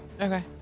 Okay